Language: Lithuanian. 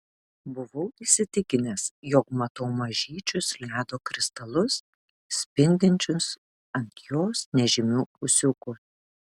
buvau įsitikinęs jog matau mažyčius ledo kristalus spindinčius ant jos nežymių ūsiukų